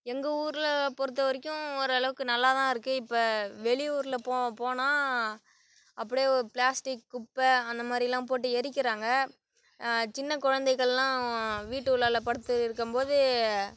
எங்கள் ஊரில் பொறுத்த வரைக்கும் ஓரளவுக்கு நல்லா தான் இருக்கு இப்போ வெளியூரில் போ போனால் அப்படியே ஒரு ப்ளாஸ்டிக் குப்பை அந்த மாதிரிலாம் போட்டு எரிக்கிறாங்க சின்னக் குழந்தைகள்லாம் வீட்டு உள்ளால படுத்து இருக்கும்போது